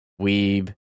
Weeb